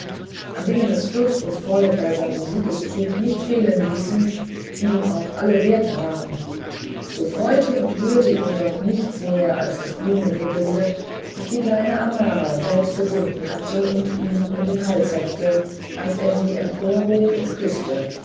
an denen es fürst und volk bei seinem siegeszug nicht fehlen ließen ihm auch alle wert waren so freute und rührte ihn doch nichts so sehr als das blumengewinde das die kleine amara selbst gebunden hatte und ihm um den hals schlang als er sie emporhob und küßte